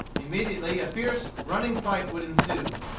immediately a fierce running fight would ensue.